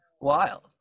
wild